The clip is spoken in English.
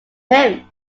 him